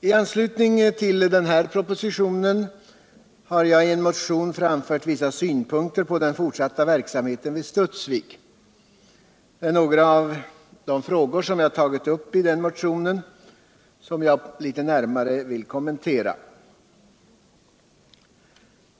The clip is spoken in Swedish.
I anslutning till denna proposition har jag i en motion framfört vissa synpunkter på den fortsatta verksamheten i Studsvik. Det är några av de frågor jag tagit upp i den motionen som jag nu litet närmare vill kommentera.